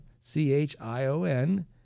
C-H-I-O-N